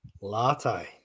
Latte